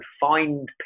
find